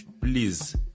Please